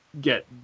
get